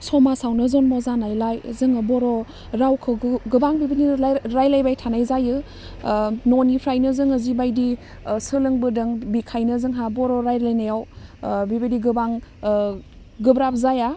समाजावनो जन्म जालायलाय जोङो बर' रावखौ गोबां बेबायदिनो रायलाइबाय थानाय जायो ओह ननिफ्रायनो जोङो जिबायदि सोलोंबोदों बिखायनो जोंहा बर' रायलाइनायाव ओह बिबायदि गोबां ओह गोब्राब जाया